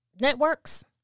networks